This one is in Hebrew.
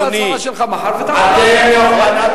אדוני, אין בעיה בגיור.